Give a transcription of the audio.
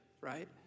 right